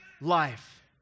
life